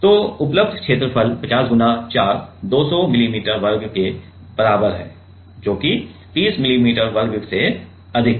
तो उपलब्ध क्षेत्रफल 50 × 4 200 मिली मीटर वर्ग के बराबर है जो कि 30 मिली मीटर वर्ग से अधिक है